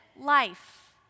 life